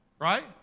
Right